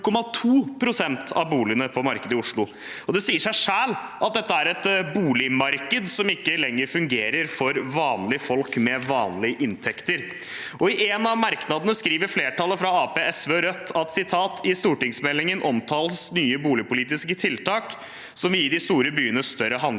Det sier seg selv at dette er et boligmarked som ikke lenger fungerer for vanlige folk med vanlige inntekter. I en av merknadene skriver flertallet fra Arbeiderpartiet, SV og Rødt at «i stortingsmeldingen omtales nye boligpolitiske tiltak som vil gi de store byene større handlingsrom